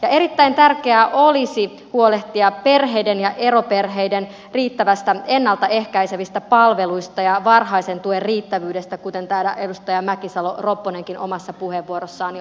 erittäin tärkeää olisi huolehtia perheiden ja eroperheiden riittävistä ennalta ehkäisevistä palveluista ja varhaisen tuen riittävyydestä kuten täällä edustaja mäkisalo ropponenkin omassa puheenvuorossaan jo totesi